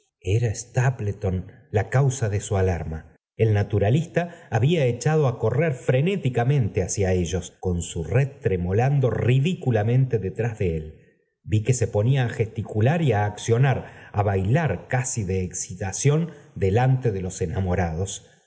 era stapleton la causa de su alarma el naturalista habla echado á correr frenéticamente hacia ellos con su red tremolando ridiculamente detrás de él vi que se ponía á gesti á accionar á bailar casi de excitación delante de los enamorados